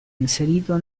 inserito